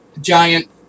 giant